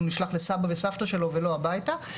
או נשלח לסבא וסבתא שלו ולא הביתה,